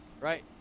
Right